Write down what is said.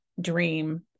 dream